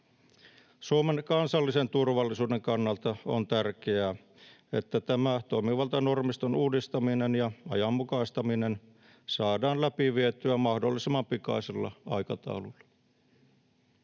Suomen kansallisen turvallisuuden kannalta on tärkeää, että tämä toimivaltanormiston uudistaminen ja ajanmukaistaminen saadaan läpivietyä mahdollisimman pikaisella aikataululla.